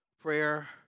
Prayer